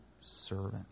servant